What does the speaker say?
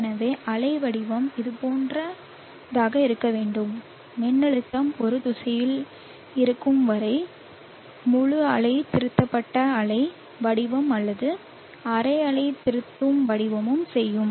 எனவே அலை வடிவம் இதுபோன்றதாக இருக்க வேண்டும் மின்னழுத்தம் ஒரு திசையில் இருக்கும் வரை முழு அலை திருத்தப்பட்ட அலை வடிவம் அல்லது அரை அலை திருத்தும் வடிவமும் செய்யும்